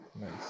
Nice